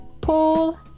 Paul